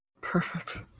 Perfect